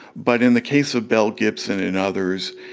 but in the case of belle gibson and others,